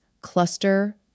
Cluster